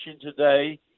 today